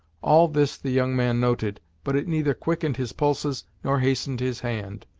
all this the young man noted, but it neither quickened his pulses, nor hastened his hand.